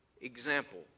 example